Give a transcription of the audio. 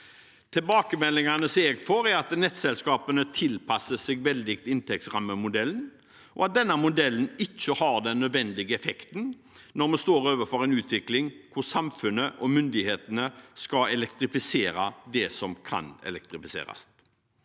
Tilbakemeldingene jeg får, er at nettselskapene tilpasser seg veldig til inntektsrammemodellen, og at denne modellen ikke har den nødvendige effekten når vi står overfor en utvikling hvor samfunnet og myndighetene skal elektrifisere det som kan elektrifiseres.